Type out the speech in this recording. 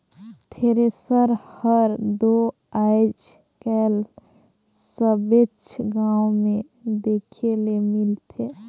thresher हर दो आएज काएल सबेच गाँव मे देखे ले मिलथे